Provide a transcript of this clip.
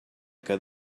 que